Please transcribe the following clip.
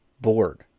bored